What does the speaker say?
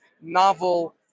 novel